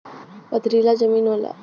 पथरीला जमीन होला